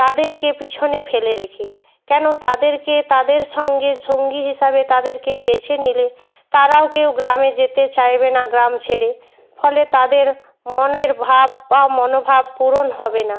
তাদেরকে পিছনে ফেলে রেখে কেন তাদেরকে তাদের সঙ্গে সঙ্গী হিসাবে তাদেরকে বেছে নিলে তারাও কেউ গ্রামে যেতে চাইবে না গ্রাম ছেড়ে ফলে তাদের মনের ভাব বা মনোভাব পূরণ হবে না